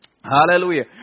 Hallelujah